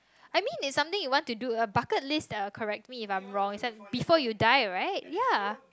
I mean is something you want to do a bucket list correct me if I'm wrong before you die right ya